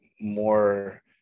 more